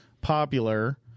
popular